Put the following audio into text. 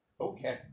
Okay